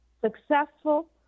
successful